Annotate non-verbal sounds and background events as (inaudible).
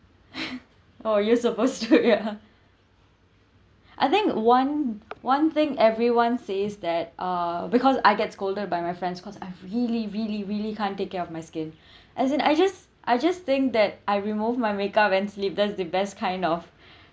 (breath) oh you supposed to (laughs) yeah (breath) I think one one thing everyone says that uh because I get scolded by my friends because I've really really really can't take care of my skin (breath) as in I just I just think that I remove my make up and sleep there's the best kind of